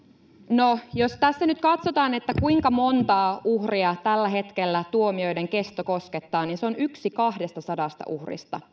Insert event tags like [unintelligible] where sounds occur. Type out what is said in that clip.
no jos tässä nyt katsotaan kuinka montaa uhria tällä hetkellä tuomioiden kesto koskettaa niin se on noin yksi kahdestasadasta uhrista [unintelligible]